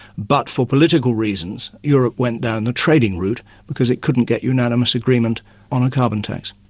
but for political reasons, europe went down the trading route because it couldn't get unanimous agreement on a carbon tax.